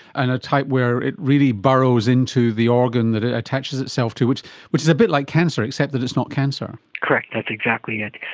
and a type where it really burrows into the organ that it attaches itself to, which which is a bit like cancer except that it's not cancer. correct, that's exactly it.